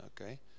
okay